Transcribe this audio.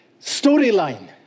Storyline